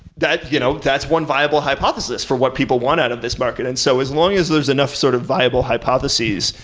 that you know that's one viable hypothesis for what people want out of this market. and so as long as there's enough sort of viable hypotheses,